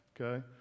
okay